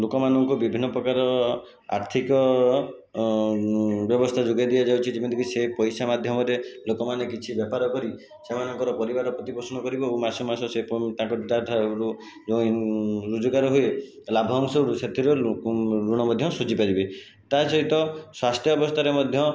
ଲୋକମାନଙ୍କୁ ବିଭିନ୍ନ ପ୍ରକାର ଆର୍ଥିକ ବ୍ୟବସ୍ତା ଯୋଗାଇ ଦିଆଯାଉଛି ଯେମିତି କି ସେ ପଇସା ମାଧ୍ୟମରେ ଲୋକମାନେ କିଛି ବେପାର କରି ସେମାନଙ୍କର ପରିବାର ପ୍ରତିପୋଷଣ କରିବେ ଓ ମାସକୁ ମାସ ସେ ତା'ଠାରୁ ରୋଜଗାର ହୁଏ ଲାଭ ଅଂଶରୁ ସେଥିରୁ ଋଣ ମଧ୍ୟ ସୁଝି ପାରିବେ ତା ସହିତ ସ୍ଵାସ୍ଥ୍ୟ ବ୍ୟବସ୍ଥାରେ ମଧ୍ୟ